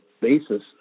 basis